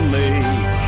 make